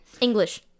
English